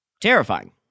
Terrifying